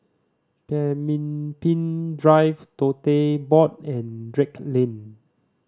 Pemimpin Drive Tote Board and Drake Lane